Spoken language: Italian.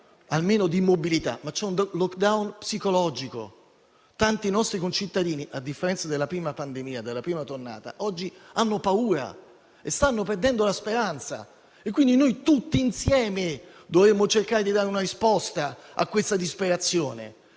almeno di mobilità, ma c'è un *lockdown* psicologico: tanti nostri concittadini, a differenza della prima tornata della pandemia, oggi hanno paura e stanno perdendo la speranza. Quindi noi, tutti insieme, dovremmo cercare di dare una risposta a questa disperazione.